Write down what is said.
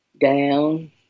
down